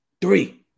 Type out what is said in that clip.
Three